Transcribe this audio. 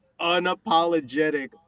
unapologetic